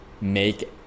make